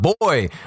boy